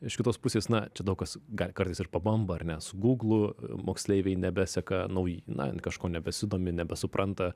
iš kitos pusės na čia daug kas ga kartais ir pabamba ar ne su gūglu moksleiviai nebeseka nauj na kažko nebesidomi nebesupranta